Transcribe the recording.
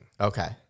Okay